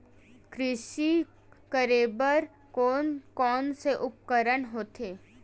कृषि करेबर कोन कौन से उपकरण होथे?